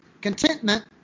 Contentment